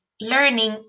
learning